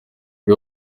nde